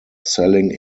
selling